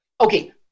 okay